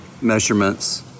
measurements